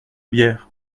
bière